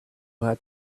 had